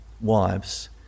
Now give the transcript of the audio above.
wives